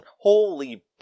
Holy